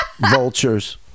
vultures